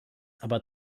aber